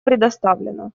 предоставлено